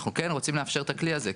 אנחנו כן רוצים לאפשר את הכלי הזה.